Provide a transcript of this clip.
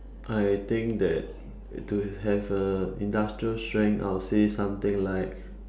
I think that to have a industrial strength I would say something like